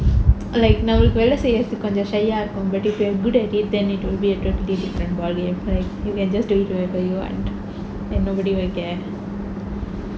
like நம்பளுக்கு வெளிலே செய்றதுக்கு கொஞ்சம்:nambalukku velilae seirathukku konjam shy ah இருக்கும்:irukkum but if you are good at it it wont be a difficulty you can just do it wherever you want and nobody will care